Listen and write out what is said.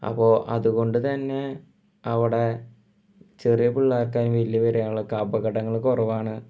അപ്പോൾ അതുകൊണ്ട് തന്നെ അവിടെ ചെറിയ പിള്ളേർക്കായും വലിയവരായാലുമൊക്കെ അപകടങ്ങൾ കുറവാണ്